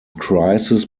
crisis